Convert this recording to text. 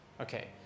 okay